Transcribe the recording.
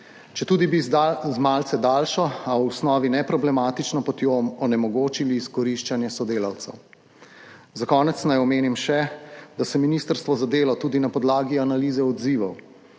četudi bi z malce daljšo, a v osnovi neproblematično potjo onemogočili izkoriščanje sodelavcev. Za konec naj omenim še, da se ministrstvo za delo tudi na podlagi analize odzivov